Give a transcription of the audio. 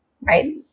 right